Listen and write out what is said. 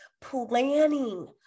Planning